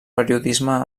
periodisme